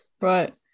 Right